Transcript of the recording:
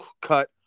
cut